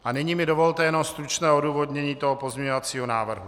A nyní mi dovolte jenom stručné odůvodnění pozměňovacího návrhu.